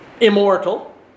immortal